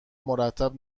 مرتب